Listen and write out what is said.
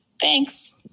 Thanks